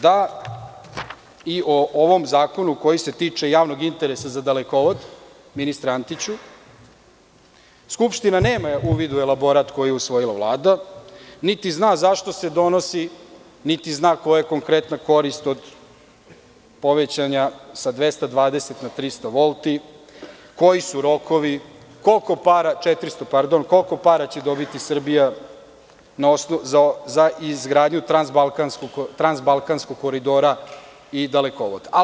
Moram da kažem da i o ovom zakonu koji se tiče javnog interesa za dalekovod, ministre Antiću, Skupština nema uvid u elaborat koji je usvojila Vlada, niti zna zašto se donosi, niti zna koja je konkretna korist od povećanja sa 220 na 400 volti, koji su rokovi, koliko para će dobiti Srbija za izgradnju „Transbalkanskog koridora“ i dalekovoda.